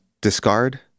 discard